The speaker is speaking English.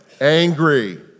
Angry